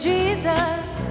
Jesus